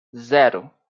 zero